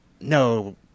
No